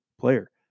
player